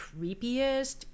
creepiest